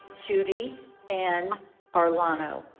judy ann arellano